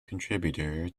contributor